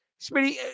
Smitty